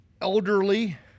elderly